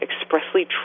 expressly